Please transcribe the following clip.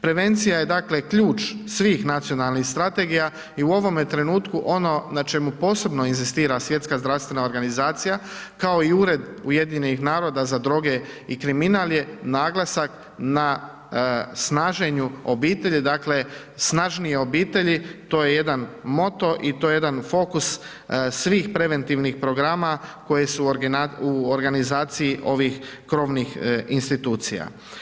Prevencija je dakle, ključ svih nacionalnih strategija i u ovome trenutku, ono na čemu posebno inzistira Svjetska zdravstvena organizacija, kao i Ured UN za droge i kriminal je naglasak na snaženju obitelji, dakle, snažnije obitelji to je jedan moto i to je jedan fokus svih preventivnih programa koji su u organizaciji ovih krovnih institucija.